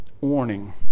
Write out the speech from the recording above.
warning